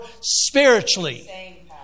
spiritually